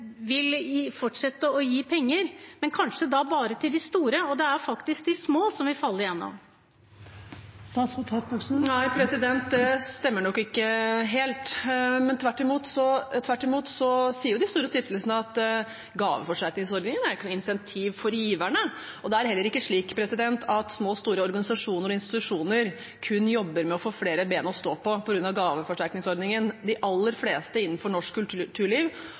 fortsette å gi penger, men da kanskje bare til de store, og det er faktisk de små som vil falle igjennom. Nei, det stemmer nok ikke helt. Tvert imot sier de store stiftelsene at gaveforsterkningsordningen ikke er noe insentiv for giverne. Det er heller ikke slik at små og store organisasjoner og institusjoner kun jobber med å få flere ben å stå på på grunn av gaveforsterkningsordningen – de aller fleste innenfor norsk kulturliv